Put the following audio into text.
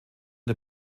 der